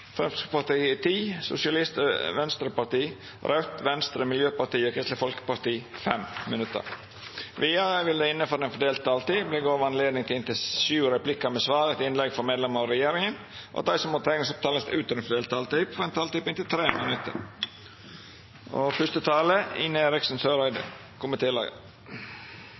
Venstreparti, Raudt, Venstre, Miljøpartiet Dei Grøne og Kristeleg Folkeparti 5 minutt kvar. Vidare vil det – innanfor den fordelte taletida – verta gjeve anledning til inntil sju replikkar med svar etter innlegg frå medlem av regjeringa, og dei som måtte teikna seg på talarlista utover den fordelte taletida, får ei taletid på inntil 3 minutt.